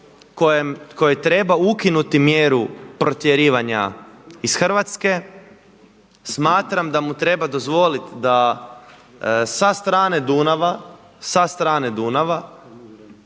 kojoj treba ukinuti mjeru protjerivanja iz Hrvatske, smatram da mu treba dozvolit da sa strane Dunava, sa strane Dunava